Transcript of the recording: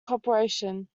corporation